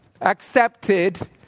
accepted